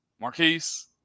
Marquise